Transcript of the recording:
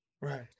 Right